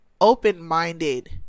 open-minded